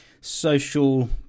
social